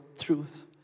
truth